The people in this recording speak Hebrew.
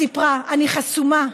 סיפרה: אני חסומה,